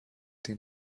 den